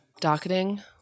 docketing